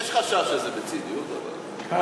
יש חשש זה בציניות, אבל,